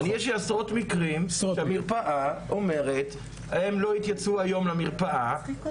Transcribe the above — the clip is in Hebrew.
יש לי עשרות מקרים שהמרפאה אומרת - הם לא התייצבו היום למרפאה.